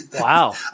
wow